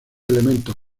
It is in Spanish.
elementos